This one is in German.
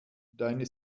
deine